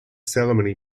ceremony